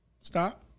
Stop